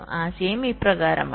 ആശയം ഇപ്രകാരമാണ്